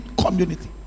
community